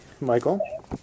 Michael